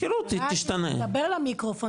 נכון.